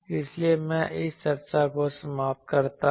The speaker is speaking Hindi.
इसलिए मैं इस चर्चा को समाप्त करता हूं